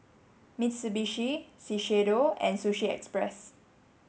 Mitsubishi Shiseido and Sushi Express